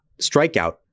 strikeout